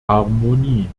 harmonie